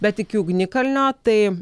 bet iki ugnikalnio tai